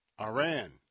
Iran